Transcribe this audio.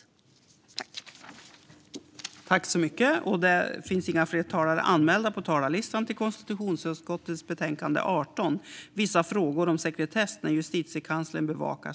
Vissa frågor om sekretess när Justitiekanslern bevakar statens rätt